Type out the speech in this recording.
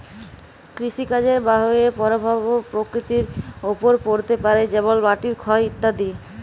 কৃষিকাজের বাহয়ে পরভাব পরকৃতির ওপর পড়তে পারে যেমল মাটির ক্ষয় ইত্যাদি